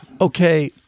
Okay